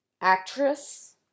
actress